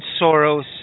Soros